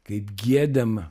kaip giedama